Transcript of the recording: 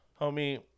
Homie